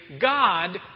God